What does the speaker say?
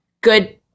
good